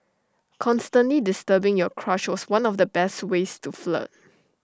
constantly disturbing your crush was one of the best ways to flirt